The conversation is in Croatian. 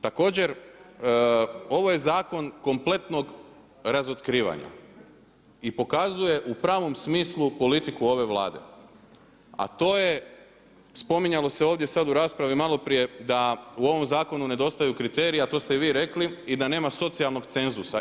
Također ovo je zakon kompletnog razotkrivanja i pokazuje u pravom smislu politiku ove Vlade, a to je spominjalo se ovdje sad u raspravi malo prije da u ovom zakonu nedostaju kriteriji, a to ste i vi rekli i da nema socijalnog cenzusa.